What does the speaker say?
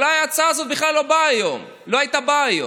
אולי ההצעה הזאת בכלל לא הייתה באה היום.